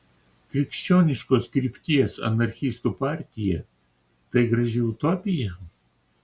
krikščioniškos krypties anarchistų partija tai graži utopija